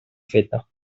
feta